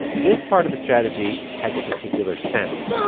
this part of the strategy has a particular sound.